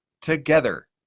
together